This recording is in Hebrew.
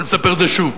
ואספר את זה שוב,